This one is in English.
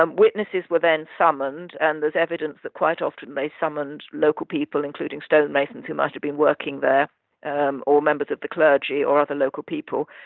um witnesses were then summoned and there's evidence that quite often they summoned local people including stonemasons who might have been working there um or members of the clergy or other local people